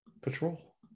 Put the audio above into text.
patrol